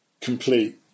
complete